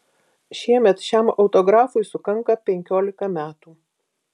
šiemet šiam autografui sukanka penkiolika metų